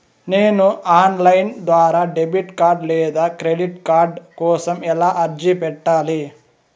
నేను online ద్వారా debit card లేదా క్రెడిట్ కార్డు కోసం ఎలా అర్జీ పెట్టాలి?